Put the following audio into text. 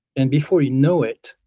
and before you know it,